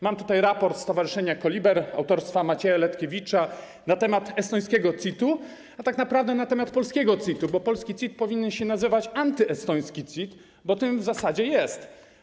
Mam tutaj raport Stowarzyszenia KoLiber, autorstwa Macieja Letkiewicza, na temat estońskiego CIT-u, a tak naprawdę na temat polskiego CIT-u, który powinien się nazywać antyestońskim CIT-em, gdyż takim w zasadzie jest.